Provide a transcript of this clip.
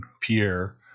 Pierre